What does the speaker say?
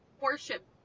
worship